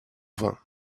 vin